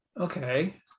Okay